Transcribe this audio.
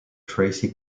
tracey